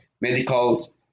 medical